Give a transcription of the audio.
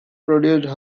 produced